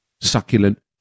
succulent